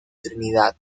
trinidad